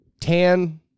tan